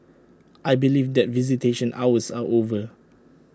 I believe that visitation hours are over